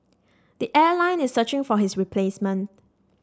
the airline is searching for his replacement